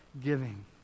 giving